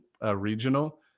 regional